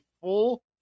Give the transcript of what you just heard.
full